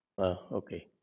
Okay